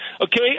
Okay